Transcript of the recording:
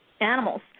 animals